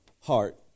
heart